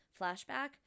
flashback